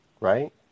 Right